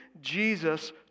Jesus